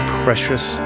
precious